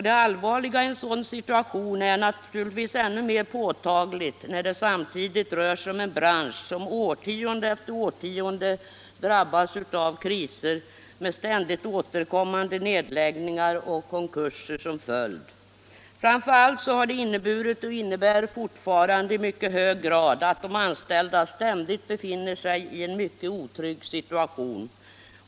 Det allvarliga i en sådan situation är naturligtvis ännu mer påtagligt, när det samtidigt rör sig om en bransch som årtionde efter årtionde drabbas av kriser med ständigt återkommande nedläggningar och konkurser som följd. Framför allt har det inneburit och innebär fortfarande i mycket hög grad att de anställda ständigt befinner sig i en mycket otrygg situation.